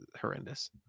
horrendous